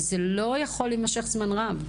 וזה לא יכול להימשך זמן רב.